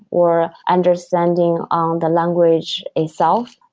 or understanding um the language itself.